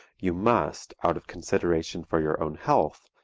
you must, out of consideration for your own health,